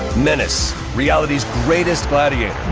menace. reality's greatest gladiator.